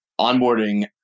onboarding